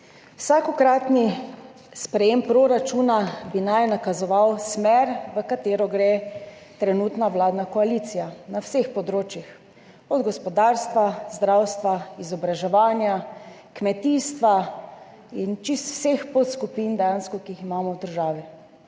Vsakokratno sprejetje proračuna naj bi nakazovalo smer, v katero gre trenutna vladna koalicija. Na vseh področjih, od gospodarstva, zdravstva, izobraževanja, kmetijstva in dejansko do čisto vseh podskupin, ki jih imamo v državi,